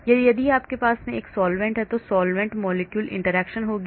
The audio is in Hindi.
या यदि आपके पास एक विलायक है तो solvent molecule interaction होगी